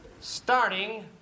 Starting